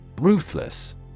Ruthless